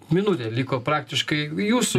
minutė liko praktiškai jūsų